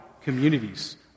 communities